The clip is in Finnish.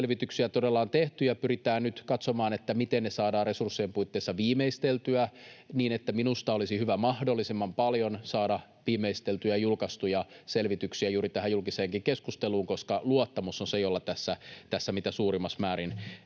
Linnustoselvityksiä todella on tehty ja pyritään nyt katsomaan, miten ne saadaan resurssien puitteissa viimeisteltyä. Minusta olisi hyvä mahdollisimman paljon saada viimeisteltyjä ja julkaistuja selvityksiä juuri tähän julkiseenkin keskusteluun, koska luottamus on se, jolla tässä mitä suurimmassa määrin